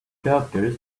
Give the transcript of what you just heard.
doctors